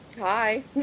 Hi